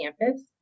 campus